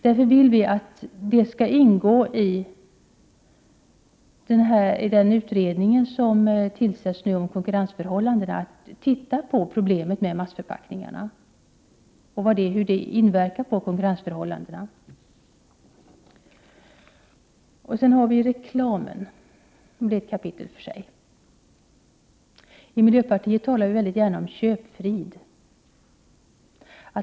Vi vill därför att det skall ingå i uppdraget till den utredning som nu skall tillsättas om konkurrensförhållandena att se på problemet med massförpackningarna och hur de inverkar på konkurrensförhållandena. Sedan kommer vi till reklamen, som är ett kapitel för sig. Vi i miljöpartiet talar mycket gärna om köpfrid.